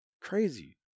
Crazy